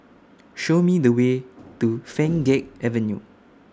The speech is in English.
Show Me The Way to Pheng Geck Avenue